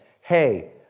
hey